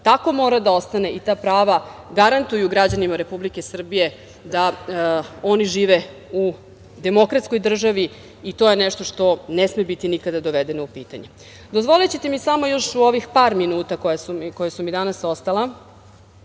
tako mora da ostane i ta prava garantuju građanima Republike Srbije da oni žive u demokratskoj državi i to je nešto što ne sme nikada biti dovedeno u pitanje. Dozvolićete mi još samo u ovih par minuta koja su mi danas ostala,